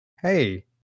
hey